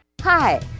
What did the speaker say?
Hi